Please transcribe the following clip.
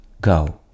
Go